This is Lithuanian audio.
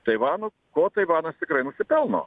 taivanu ko taivanas tikrai nusipelno